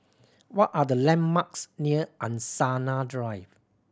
what are the landmarks near Angsana Drive